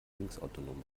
linksautonom